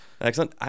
Excellent